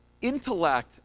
intellect